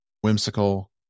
whimsical